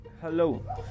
Hello